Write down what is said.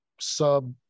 sub